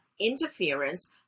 interference